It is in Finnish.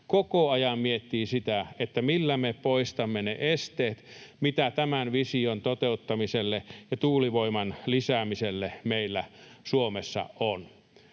koko ajan miettisi sitä, millä me poistamme ne esteet, mitä tämän vision toteuttamiselle ja tuulivoiman lisäämiselle meillä Suomessa on.